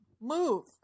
move